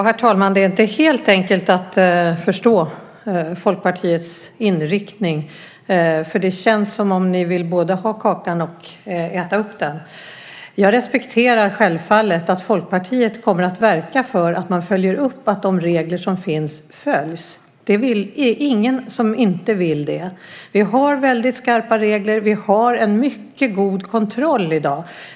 Herr talman! Det är inte helt enkelt att förstå Folkpartiets inriktning. Det känns som om ni både vill ha kakan och äta den. Jag respekterar självfallet att Folkpartiet kommer att verka för att man följer upp att de regler som finns följs. Det är väl ingen som inte vill det. Vi har skarpa regler och vi har en mycket god kontroll i dag.